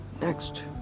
next